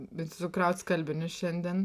bet sukraut skalbinius šiandien